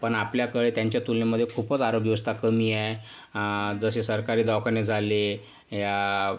पण आपल्याकडे त्यांचा तुलनेमध्ये खूपच आरोग्यव्यवस्था कमी आहे जसे सरकारी दवाखाने झाले या